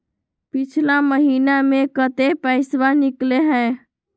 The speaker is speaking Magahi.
पिछला महिना मे कते पैसबा निकले हैं?